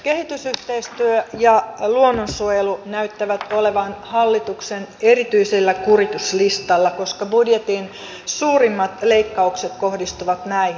kehitysyhteistyö ja luonnonsuojelu näyttävät olevan hallituksen erityisellä kurituslistalla koska budjetin suurimmat leikkaukset kohdistuvat näihin